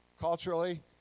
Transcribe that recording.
Culturally